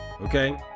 Okay